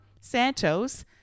Santos